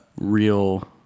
real